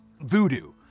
voodoo